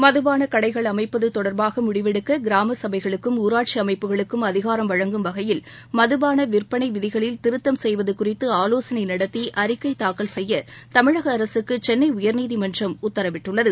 மதுபான கடைகள் அமைப்பது தொடர்பாக முடிவெடுக்க கிராம சபைகளுக்கும் ஊராட்சி அமைப்புகளுக்கும் அதிகாரம் வழங்கும் வகையில் மதபாள விற்பனை விதிகளில் திருத்தம் செய்வது குறித்து ஆலோசனை நடத்தி அறிக்கை தாக்கல் செய்ய தமிழக அரசுக்கு சென்னை உயர்நீதிமன்றம் உக்தரவிட்டுள்ளது